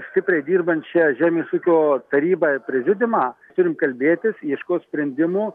stipriai dirbančią žemės ūkio tarybą ir prezidiumą turim kalbėtis ieškot sprendimų